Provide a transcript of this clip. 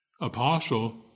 apostle